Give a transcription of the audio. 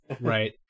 right